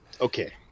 okay